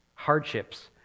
hardships